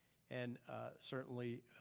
and certainly,